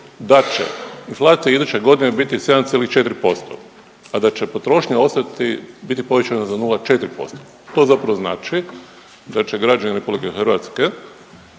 da će inflacija iduće godine biti 7,4%, a da će potrošnja ostati, biti povećana za 0,4%. To zapravo znači da će građani Republike Hrvatske